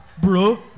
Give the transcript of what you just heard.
bro